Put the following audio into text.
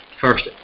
first